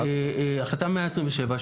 החלטה 127,